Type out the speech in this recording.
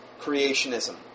creationism